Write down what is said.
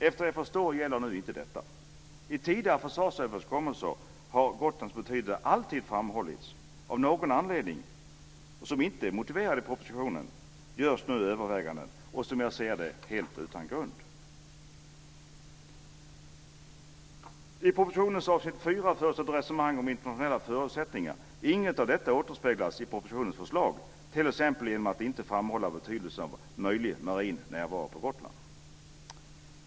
Efter vad jag förstår gäller detta inte nu. I tidigare försvarsöverenskommelser har Gotlands betydelse alltid framhållits. Av någon anledning, som inte är motiverad i propositionen, görs nu andra överväganden och, som jag ser det, helt utan grund. I propositionens avsnitt 4 förs ett resonemang om internationella förutsättningar. Inget av detta återspeglas i propositionens förslag. T.ex. framhålls inte betydelsen av möjlighet till marin närvaro på Gotland.